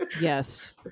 yes